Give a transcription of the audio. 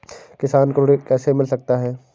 किसानों को ऋण कैसे मिल सकता है?